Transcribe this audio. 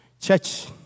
Church